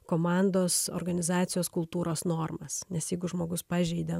komandos organizacijos kultūros normas nes jeigu žmogus pažeidė